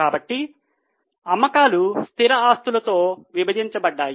కాబట్టి అమ్మకాలు స్థిర ఆస్తులతో విభజించబడ్డాయి